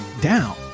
down